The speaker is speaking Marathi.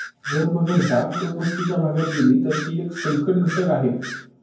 जर मगर दाट लोकवस्तीच्या भागात गेली, तर ती एक संकटघटक आहे